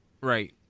Right